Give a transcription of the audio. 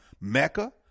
Mecca